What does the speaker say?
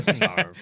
No